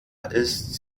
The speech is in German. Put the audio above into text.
ist